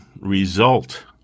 result